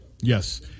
Yes